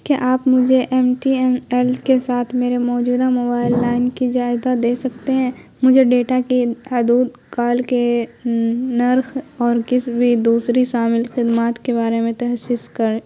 کیا آپ مجھے ایم ٹی این ایل کے ساتھ میرے موجودہ موبائل لائن کی زیادہ دے سکتے ہیں مجھے ڈیٹا کے حدود کال کے نرخ اور کس بھی دوسری شامل خدمات کے بارے میں تحسیس کر